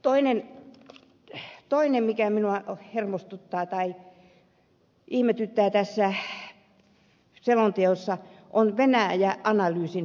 toinen asia mikä minua hermostuttaa tai ihmetyttää tässä selonteossa on venäjä analyysin heikkous